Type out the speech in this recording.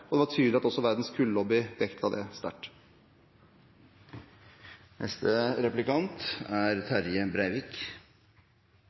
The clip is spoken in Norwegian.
Det var tydelig at verdens kullobby også vektla det sterkt. Det er